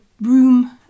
room